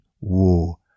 war